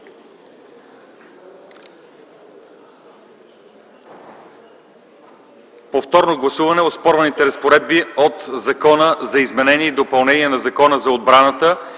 повторно гласуване на оспорените разпоредби от Закона за изменение и допълнение на Закона за отбраната